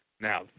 Now